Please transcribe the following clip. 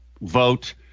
Vote